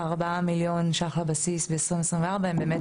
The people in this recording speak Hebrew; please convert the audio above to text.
4 מיליון ש"ח לבסיס ב-2024 הם באמת